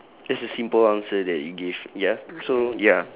just a simple answer that you give ya so ya